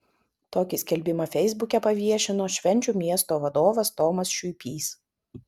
tokį skelbimą feisbuke paviešino švenčių miesto vadovas tomas šiuipys